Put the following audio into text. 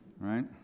right